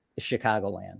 Chicagoland